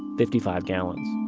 fifty-five gallons